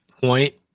point